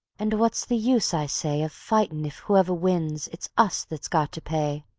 and what's the use, i say, of fightin' if whoever wins it's us that's got to pay.